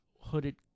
hooded